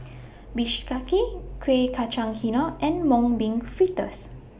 Bistake Kuih Kacang and Mung Bean Fritters